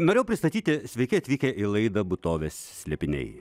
norėjau pristatyti sveiki atvykę į laidą būtovės slėpiniai